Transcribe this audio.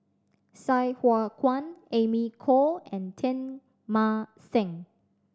Sai Hua Kuan Amy Khor and Teng Mah Seng